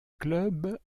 club